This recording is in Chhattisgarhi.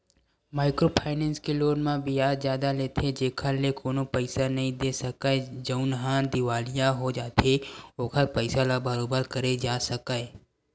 माइक्रो फाइनेंस के लोन म बियाज जादा लेथे जेखर ले कोनो पइसा नइ दे सकय जउनहा दिवालिया हो जाथे ओखर पइसा ल बरोबर करे जा सकय